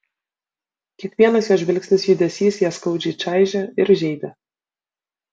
kiekvienas jo žvilgsnis judesys ją skaudžiai čaižė ir žeidė